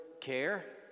care